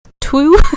two